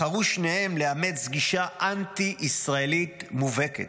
בחרו שניהם לאמץ גישה אנטי ישראלית מובהקת.